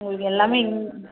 உங்களுக்கு எல்லாமே